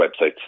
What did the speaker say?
websites